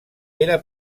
era